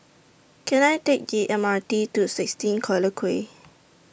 Can I Take The M R T to sixteen Collyer Quay